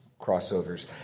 crossovers